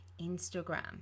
Instagram